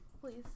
Please